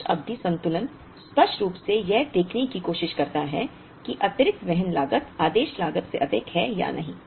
अंश अवधि संतुलन स्पष्ट रूप से यह देखने की कोशिश करता है कि अतिरिक्त वहन लागत आदेश लागत से अधिक है या नहीं